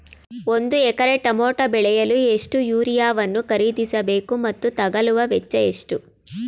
ಒಂದು ಎಕರೆ ಟಮೋಟ ಬೆಳೆಯಲು ಎಷ್ಟು ಯೂರಿಯಾವನ್ನು ಖರೀದಿಸ ಬೇಕು ಮತ್ತು ತಗಲುವ ವೆಚ್ಚ ಎಷ್ಟು?